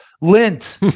lint